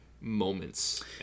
moments